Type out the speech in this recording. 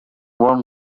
one